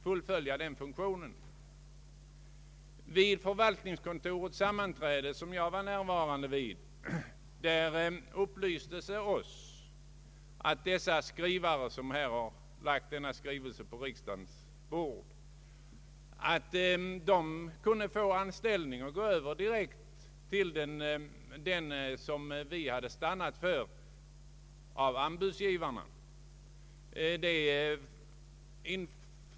Vid ett sammanträde i förvaltningskontorets styrelse, då jag var närvarande, upplystes vi om att den personalkategori, som nu lagt denna skrivelse på riksdagsledamöternas bänkar, kunde få anställning hos och direkt gå över till den som vi hade stannat för av anbudsgivarna.